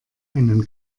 einen